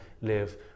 live